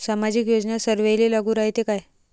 सामाजिक योजना सर्वाईले लागू रायते काय?